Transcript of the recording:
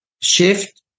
shift